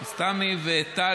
אז תמי וטל,